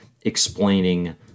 explaining